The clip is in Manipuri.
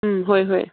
ꯎꯝ ꯍꯣꯏ ꯍꯣꯏ